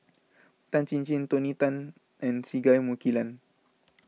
Tan Chin Chin Tony Tan and Singai Mukilan